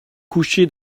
couché